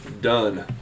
Done